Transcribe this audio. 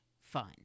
fun